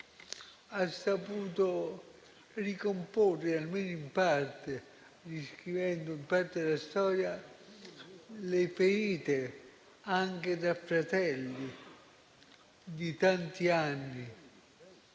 Ha saputo ricomporre, almeno in parte, riscrivendo in parte la storia, le ferite, anche tra fratelli, di tanti anni.